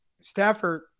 Stafford